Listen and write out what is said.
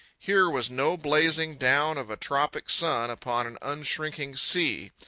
here was no blazing down of a tropic sun upon an unshrinking sea.